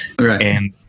Right